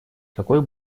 какой